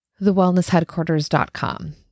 thewellnessheadquarters.com